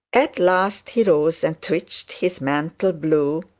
at last he rose, and twitched his mantle blue,